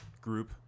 group